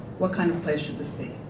what kind of place this be?